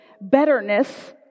betterness